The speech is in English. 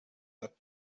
not